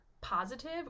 positive